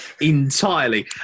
entirely